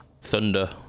thunder